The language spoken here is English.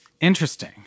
Interesting